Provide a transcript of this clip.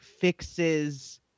fixes